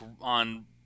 on